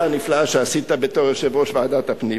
הנפלאה שעשה בתור יושב-ראש ועדת הפנים,